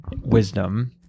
wisdom